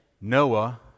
Noah